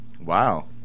Wow